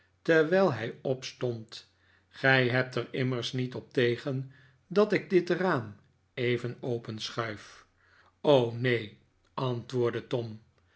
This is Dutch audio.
terwijl hij opstond gij hebt er immers niet op tegen dat ik dit raam even openschuift neen antwoordde tom